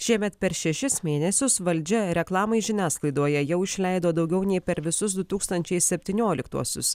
šiemet per šešis mėnesius valdžia reklamai žiniasklaidoje jau išleido daugiau nei per visus du tūkstančiai septynioliktuosius